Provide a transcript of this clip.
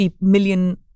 million